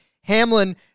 Hamlin